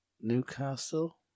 Newcastle